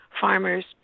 farmers